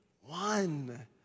one